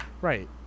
Right